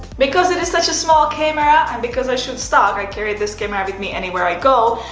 because it is such a small camera and because i shoot stock. i carry this camera with me anywhere i go.